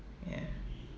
ya